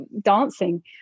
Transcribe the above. dancing